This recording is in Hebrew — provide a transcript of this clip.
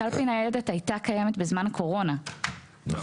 קלפי ניידת הייתה קיימת בזמן הקורונה למבודדים.